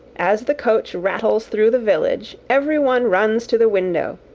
as the coach rattles through the village, every one runs to the window,